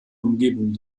umgebung